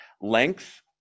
Length